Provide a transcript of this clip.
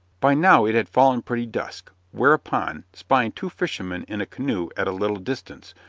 by now it had fallen pretty dusk, whereupon, spying two fishermen in a canoe at a little distance,